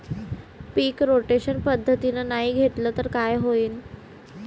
पीक rotation पद्धतीनं नाही घेतलं तर काय होईन?